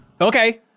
Okay